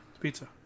Pizza